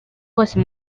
bose